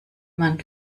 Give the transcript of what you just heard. man